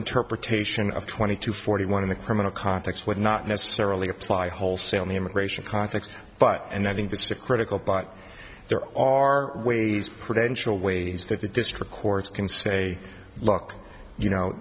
interpretation of twenty to forty one in the criminal context would not necessarily apply wholesale the immigration context but and i think this is a critical but there are ways prudential ways that the district courts can say look you know